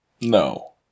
No